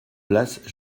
place